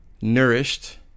nourished